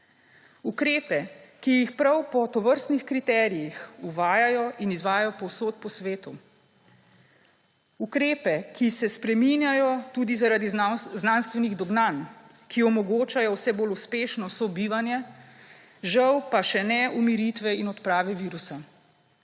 Ukrepe, ki jih prav po tovrstnih kriterijih uvajajo in izvajajo povsod po svetu. Ukrepe, ki se spreminjajo tudi zaradi znanstvenih dognanj, ki omogočajo vse uspešnejše sobivanje, žal pa še ne umiritve in odprave virusa.